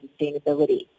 sustainability